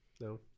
No